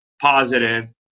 positive